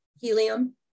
helium